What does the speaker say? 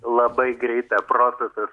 labai greita procesas